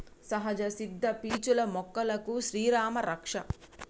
సహజ సిద్ద పీచులు మొక్కలకు శ్రీరామా రక్ష